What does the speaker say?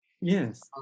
Yes